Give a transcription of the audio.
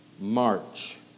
march